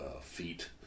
feet